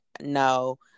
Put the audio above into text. No